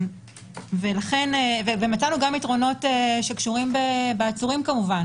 מצאנו גם יתרונות שקשורים בעצורים כמובן